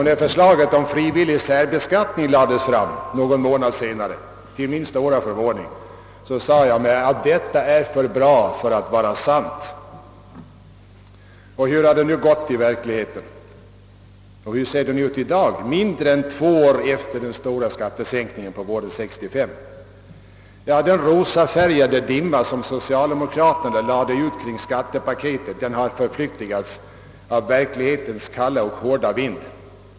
När förslaget om frivillig särbeskattning lades fram, till min stora förvåning, sade jag mig: »Detta är för bra för att vara sant.» Hur har det nu gått i verkligheten? Hur ser det ut i dag, mindre än två år efter den stora skattesänkningen på våren 19635? Den rosafärgade dimma <socialdemokraterna lade ut kring skattepaketet har förflyktigats i verklighetens kalla och hårda vind.